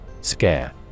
Scare